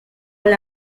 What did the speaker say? all